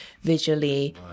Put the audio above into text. visually